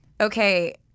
okay